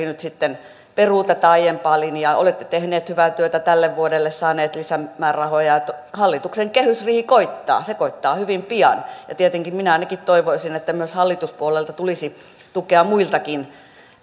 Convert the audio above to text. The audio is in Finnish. nyt sitten peruu aiempaa linjaa olette tehnyt hyvää työtä tälle vuodelle saanut lisämäärärahoja hallituksen kehysriihi koittaa se koittaa hyvin pian ja tietenkin ainakin minä toivoisin että myös hallituspuolueilta tulisi tukea muiltakin